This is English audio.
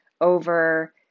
over